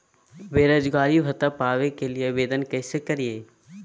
बेरोजगारी भत्ता पावे के लिए आवेदन कैसे करियय?